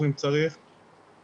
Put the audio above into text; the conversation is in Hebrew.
זה לא קורה.